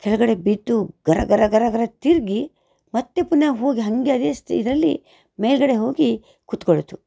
ಕೆಳ್ಗಡೆಗೆ ಬಿದ್ದು ಗರ ಗರ ಗರ ಗರ ತಿರುಗಿ ಮತ್ತೆ ಪುನಃ ಹೋಗಿ ಹಾಗೆ ಅದೇ ಸ್ತಿ ಇದರಲ್ಲಿ ಮೇಲುಗಡೆ ಹೋಗಿ ಕುತ್ಕೊಳ್ತು